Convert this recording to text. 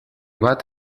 bat